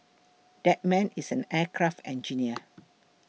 that man is an aircraft engineer